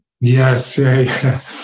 Yes